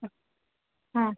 ಹ್ಞೂ ಹ್ಞೂ